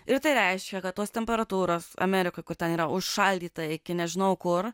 ir tai reiškia kad tos temperatūros amerikoj kur ten yra užšaldyta iki nežinau kur